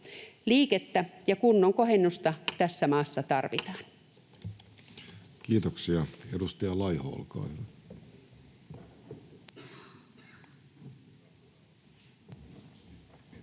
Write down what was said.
Liikettä ja kunnon kohennusta tässä maassa tarvitaan. Kiitoksia. — Edustaja Laiho, olkaa hyvä.